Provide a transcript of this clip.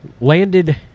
landed